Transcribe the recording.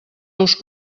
ous